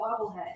bobblehead